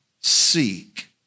seek